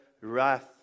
wrath